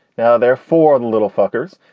now they're four little fuckers.